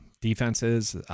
Defenses